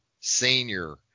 senior